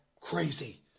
crazy